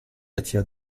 attire